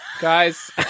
guys